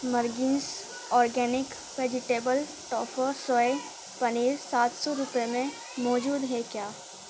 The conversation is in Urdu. مرگنز اورگینک ویجیٹیبل ٹوفو سوئے پنیر سات سو روپے میں موجود ہے کیا